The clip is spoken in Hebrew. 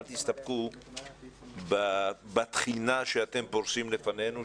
אל תסתפקו בתחינה שאתם פורשים לפנינו,